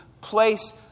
place